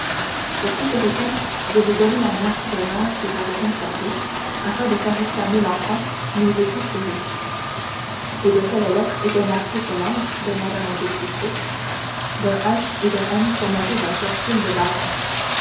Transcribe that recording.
pour toute réponse je lui donnai la moitié de lange que j'avais conservée afin de faire réclamer l'enfant si nous étions plus riches et de quelles lettres était marqué ce lange demanda monte cristo d'un h et d'un n surmontés d'un tortil de baron